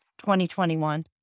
2021